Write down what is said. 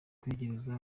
kwegereza